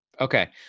Okay